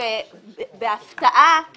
ובהפתעה